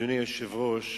אדוני היושב-ראש,